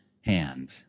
hand